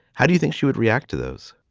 how do you think she would react to those?